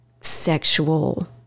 sexual